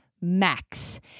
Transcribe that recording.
Max